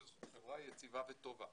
שזו חברה יציבה וטובה.